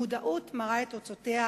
המודעות מראה את תוצאותיה